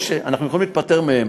לא, אנחנו יכולים להיפטר מהם.